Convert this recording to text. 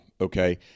okay